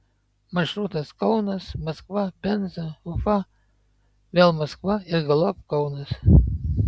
maršrutas kaunas maskva penza ufa vėl maskva ir galop kaunas